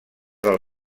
del